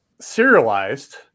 serialized